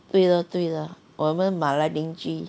对 lor 对 lah 马来邻居